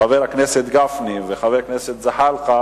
חבר הכנסת גפני וחבר הכנסת זחאלקה